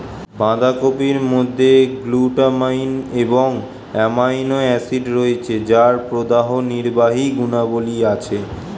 বাঁধাকপির মধ্যে গ্লুটামাইন এবং অ্যামাইনো অ্যাসিড রয়েছে যার প্রদাহনির্বাহী গুণাবলী আছে